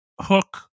Hook